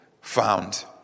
found